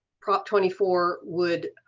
prop twenty four would